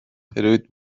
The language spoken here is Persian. پریود